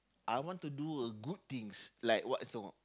I want to do a good things like what's